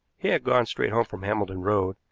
he had gone straight home from hambledon road,